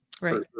Right